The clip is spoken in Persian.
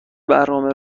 برنامه